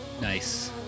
Nice